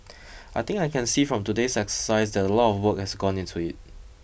I think I can see from today's exercise that a lot of work has gone into it